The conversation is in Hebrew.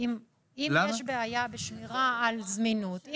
אם יש בעיה בשמירה על זמינות.